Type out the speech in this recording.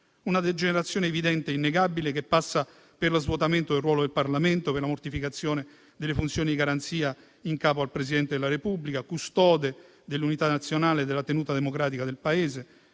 Una degenerazione evidente e innegabile che passa per lo svuotamento del ruolo del Parlamento e per la mortificazione delle funzioni di garanzia in capo al Presidente della Repubblica, custode dell'unità nazionale e della tenuta democratica del Paese.